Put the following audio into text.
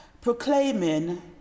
proclaiming